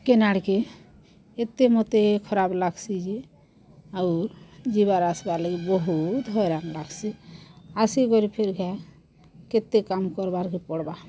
କେନ୍ ଆଡ଼କେ ଏତେ ମୋତେ ଖରାପ୍ ଲାଗ୍ସି ଯେ ଆଉ ଯିବାର୍ ଆସ୍ ବାର୍ ଲାଗିର୍ ବହୁତ୍ ହଇରାନ୍ ଲାଗ୍ସି ଆସିକରି ଫିର୍ ଘାଏ କେତେ କାମ୍ କର୍ବାକେ ପଡ଼୍ବା